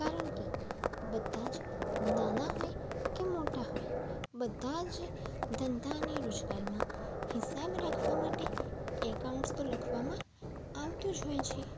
કારણ કે બધા જ નાના હોય કે મોટા હોય બધા જ ધંધા અને રોજગારમાં હિસાબ રાખવા માટે એકાઉન્ટ્સ તો લખવામાં આવતું જ હોય છે